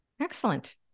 Excellent